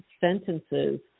sentences